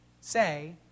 say